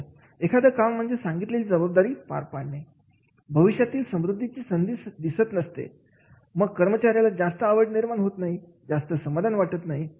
एखादं काम म्हणजे सांगितलेली जबाबदारी पार पाडणे भविष्यातील समृद्धीची संधी दिसत नसते मग कर्मचाऱ्याला जास्त आवड निर्माण होत नाही जास्त समाधान वाटत नाही